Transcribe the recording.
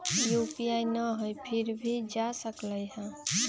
UPI न हई फिर भी जा सकलई ह?